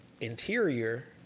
interior